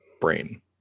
brain